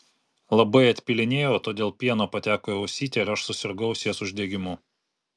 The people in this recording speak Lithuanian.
labai atpylinėjau todėl pieno pateko į ausytę ir aš susirgau ausies uždegimu